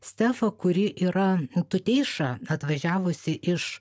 stefą kuri yra tuteiša atvažiavusi iš